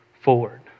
forward